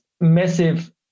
massive